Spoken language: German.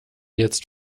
jetzt